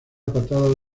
patada